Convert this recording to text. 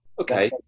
Okay